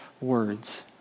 words